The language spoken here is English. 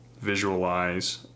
visualize